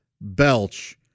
belch